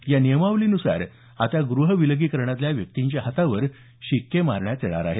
या नियमावलीनुसार आता गृह विलगीकरणातल्या व्यक्तींच्या हातावर शिक्के मारण्यात येणार आहेत